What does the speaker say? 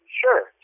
sure